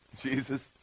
Jesus